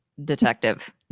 Detective